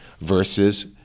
versus